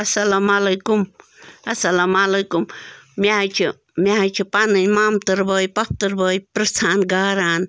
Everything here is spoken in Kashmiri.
السَلامُ علیکُم السَلامُ علیکُم مےٚ حظ چھِ مےٚ حظ چھِ پَنٕنۍ مامتٕر بٲے پۄفتٕر بٲے پرٛژھان گاران